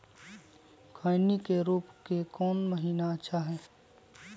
खैनी के रोप के कौन महीना अच्छा है?